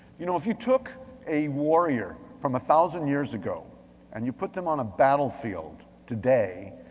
you know, if you took a warrior from a thousand years ago and you put them on a battlefield today,